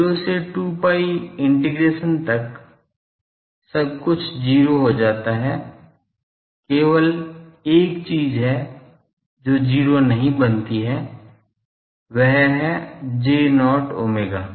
तो 0 से 2 pi integration तक सब कुछ 0 हो जाता है केवल एक चीज है जो 0 नहीं बनती है वह है J0 omega